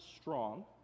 strong